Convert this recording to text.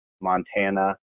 Montana